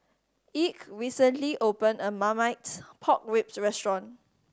Ike recently opened a new Marmite Pork Ribs restaurant